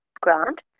grant